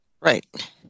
right